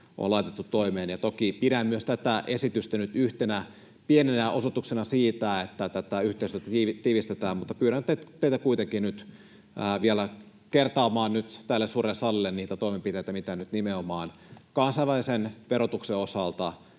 on laitettu toimeen? Toki pidän myös tätä esitystä nyt yhtenä pienenä osoituksena siitä, että tätä yhteistyötä tiivistetään, mutta pyydän teitä kuitenkin vielä kertaamaan tälle suurelle salille niitä toimenpiteitä, mitä nyt nimenomaan kansainvälisen verotuksen osalta,